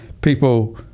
people